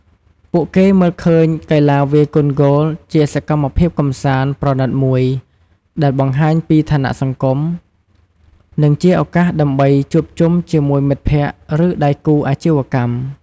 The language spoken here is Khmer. ពួកគេមើលឃើញកីឡាវាយកូនហ្គោលជាសកម្មភាពកម្សាន្តប្រណីតមួយ ដែលបង្ហាញពីឋានៈសង្គម និងជាឱកាសដើម្បីជួបជុំជាមួយមិត្តភក្ដិ ឬដៃគូអាជីវកម្ម។